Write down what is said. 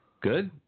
Good